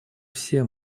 все